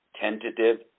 tentative